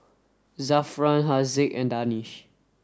Zafran Haziq and Danish